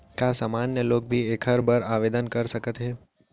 का सामान्य लोग भी एखर बर आवदेन कर सकत हे?